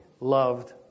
loved